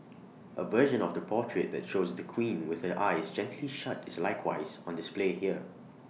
A version of the portrait that shows the queen with her eyes gently shut is likewise on display here